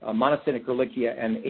ah monocytic ehrlichia, and